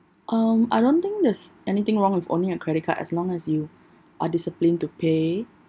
um I don't think there's anything wrong with owning a credit card as long as you are disciplined to pay